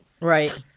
Right